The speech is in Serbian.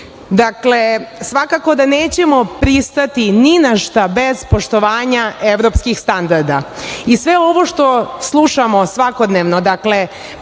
svakako da nećemo pristati ni na šta bez poštovanja evropskih standarda i sve ovo što slušamo svakodnevno